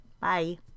bye